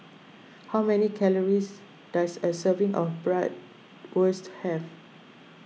how many calories does a serving of Bratwurst have